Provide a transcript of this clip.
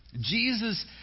Jesus